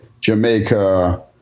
Jamaica